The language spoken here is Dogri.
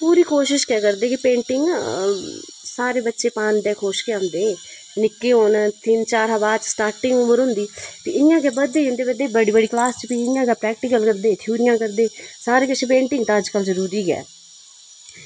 पूरी कोशश गै करदे कि पेंटिंग पांदैं सारे बच्चे खुश गै होंदे निक्के होन तिन्न चार दे बाद स्टार्टिंग उमर होंदी फ्ही इ'यां गै बदधे जंदे बड्डी बड्डी कलास च फ्ही प्रैक्टिकल करदे थयूरियां करदे सारे किश पेंटिंग ते अजकल्ल जरूरी गै ऐ